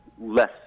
less